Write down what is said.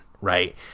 right